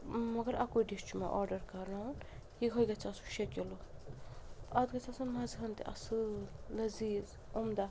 مگر اَکوے ڈِش چھُ مےٚ آرڈَر کَرناوُن یِہوے گژھہِ آسُن شےٚ کِلوٗ اَتھ گژھہِ آسُن مَزٕ ہان تہِ اصۭل لٔذیٖذ عمدہ